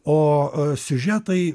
o o siužetai